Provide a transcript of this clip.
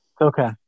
Okay